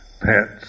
pets